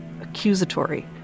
accusatory